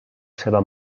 seva